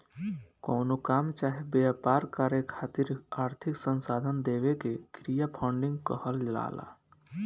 कवनो काम चाहे व्यापार करे खातिर आर्थिक संसाधन देवे के क्रिया फंडिंग कहलाला